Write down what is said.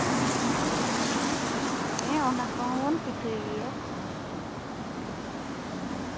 ᱦᱮᱸ ᱚᱱᱟ ᱠᱚᱦᱚᱸ ᱵᱚᱱ ᱯᱤᱴᱷᱟᱹᱭ ᱜᱮᱭᱟ